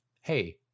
hey